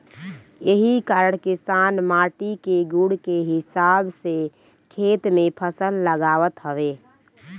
एही कारण किसान माटी के गुण के हिसाब से खेत में फसल लगावत हवे